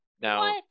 Now